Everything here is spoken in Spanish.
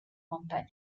montaña